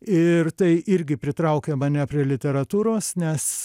ir tai irgi pritraukė mane prie literatūros nes